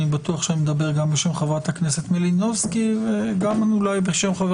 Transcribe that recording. אני בטוח שאני מדבר גם בשם חברת הכנסת מלינובסקי וגם אולי בשם חבר